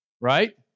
right